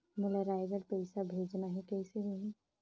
मोला रायगढ़ पइसा भेजना हैं, कइसे होही?